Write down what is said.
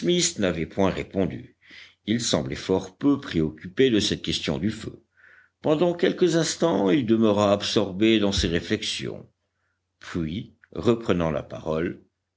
n'avait point répondu il semblait fort peu préoccupé de cette question du feu pendant quelques instants il demeura absorbé dans ses réflexions puis reprenant la parole